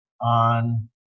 on